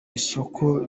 isoko